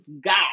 God